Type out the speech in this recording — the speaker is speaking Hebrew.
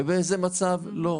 ובאיזה מצב לא.